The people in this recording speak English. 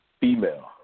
female